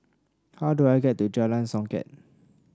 how do I get to Jalan Songket